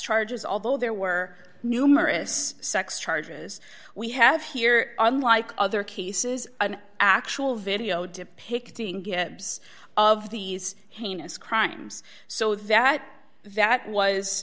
charges although there were numerous sex charges we have here unlike other cases an actual video depicting gibbs of these heinous crimes so that that